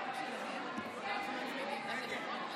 נא לשבת.